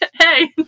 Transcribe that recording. hey